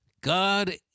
God